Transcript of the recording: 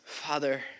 Father